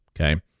okay